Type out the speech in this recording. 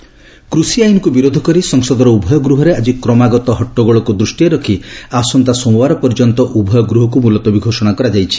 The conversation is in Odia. ସଂସଦ ମୁଲତବୀ କୃଷି ଆଇନ୍କୁ ବିରୋଧ କରି ସଂସଦର ଉଭୟ ଗୃହରେ ଆଜି କ୍ରମାଗତ ହଟ୍ଟଗୋଳକୁ ଦୃଷ୍ଟିରେ ରଖି ଆସନ୍ତା ସୋମବାର ପର୍ଯ୍ୟନ୍ତ ଉଭୟ ଗୃହକୁ ମୁଲତବୀ ଘୋଷଣା କରାଯାଇଛି